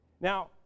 Now